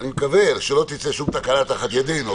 אני מקווה שלא תצא שום תקלה מתחת ידינו,